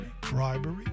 bribery